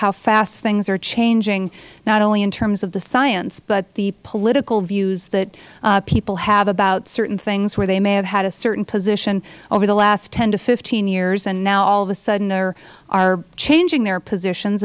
how fast things are changing not only in terms of the science but the political views that people have about certain things where they may have had a certain position over the last ten to fifteen years and now all of a sudden they are changing their positions